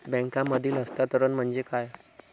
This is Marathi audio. बँकांमधील हस्तांतरण म्हणजे काय?